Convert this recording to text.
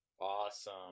Awesome